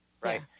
right